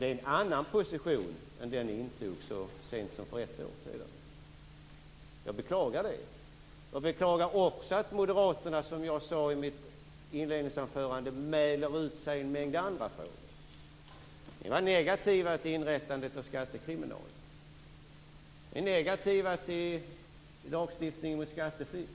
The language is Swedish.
Det är en annan position än den ni intog så sent som för ett år sedan. Jag beklagar det. Jag beklagar också att ni moderater, som jag sade i mitt inledningsanförande, mäler ut sig i en mängd andra frågor. Ni var negativa till inrättandet av skattekriminalen. Ni är negativa till lagstiftning mot skatteflykt.